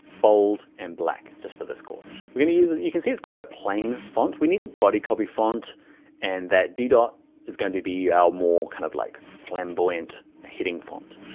bold and black, just for this course. we're gonna use, you can see it's quite a plain font. we need a body copy font and that ddot is going to be our more, kind of like flamboyant hitting font.